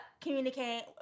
communicate